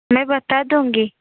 मैं बता दूंगी